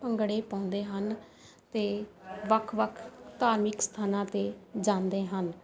ਭੰਗੜੇ ਪਾਉਂਦੇ ਹਨ ਅਤੇ ਵੱਖ ਵੱਖ ਧਾਰਮਿਕ ਸਥਾਨਾਂ 'ਤੇ ਜਾਂਦੇ ਹਨ